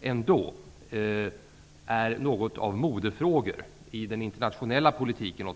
ändå är något av modefrågor, åtminstone i den internationella politiken.